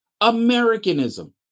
Americanism